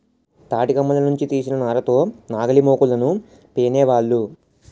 తాటికమ్మల నుంచి తీసిన నార తో నాగలిమోకులను పేనేవాళ్ళు